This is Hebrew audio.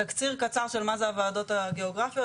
תקציר קצר של מה זה הוועדות הגיאוגרפיות,